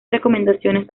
recomendaciones